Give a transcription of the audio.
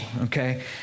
okay